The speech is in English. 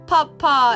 Papa